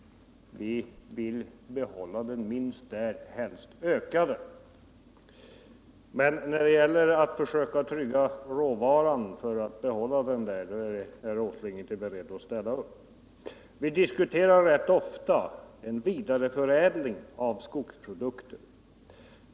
Vi vill behålla den på minst den nivån och helst öka den. Men herr Åsling är inte beredd att ställa upp för att trygga råvaran för detta. Vi diskuterar rätt ofta en vidareförädling av skogsprodukter.